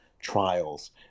trials